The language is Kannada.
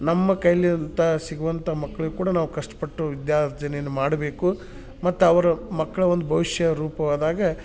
ನಮ್ಮ ಕೈಲಿಯಾದಂಥ ಸಿಗುವಂಥ ಮಕ್ಳಿಗೆ ಕೂಡ ನಾವು ಕಷ್ಟಪಟ್ಟು ವಿದ್ಯಾರ್ಜನೆಯನ್ನು ಮಾಡಬೇಕು ಮತ್ತು ಅವರ ಮಕ್ಕಳ ಒಂದು ಭವಿಷ್ಯ ರೂಪವಾದಾಗ